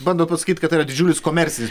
bandot pasakyt kad tai yra didžiulis komercinis